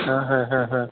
હા હા હા હા